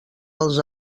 pels